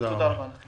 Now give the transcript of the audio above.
תודה רבה לכם.